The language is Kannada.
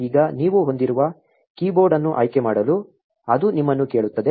ಈಗ ನೀವು ಹೊಂದಿರುವ ಕೀಬೋರ್ಡ್ ಅನ್ನು ಆಯ್ಕೆ ಮಾಡಲು ಅದು ನಿಮ್ಮನ್ನು ಕೇಳುತ್ತದೆ